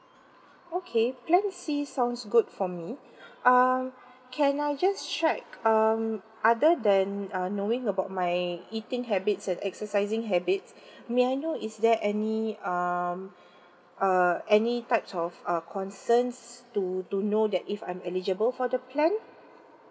okay plan C sounds good for me um can I just check um other than uh knowing about my eating habits and exercising habits may I know is there any um uh any types of uh concerns to to know that if I'm eligible for the plan